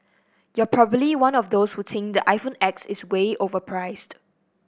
you're probably one of those who think the iPhone X is way overpriced